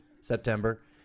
September